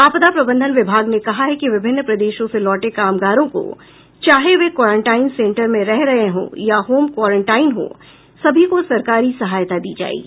आपदा प्रबंधन विभाग ने कहा है कि विभिन्न प्रदेशों से लौटे कामगारों को चाहे वे क्वारंटाइन सेंटर में रह रहे हों या होम क्वारंटाइन हों सभी को सरकारी सहायता दी जायेगी